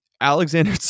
Alexander